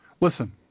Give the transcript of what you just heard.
Listen